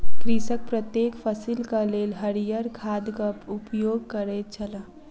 कृषक प्रत्येक फसिलक लेल हरियर खादक उपयोग करैत छल